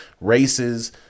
races